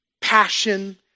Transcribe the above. passion